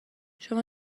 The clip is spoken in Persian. شما